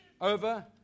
over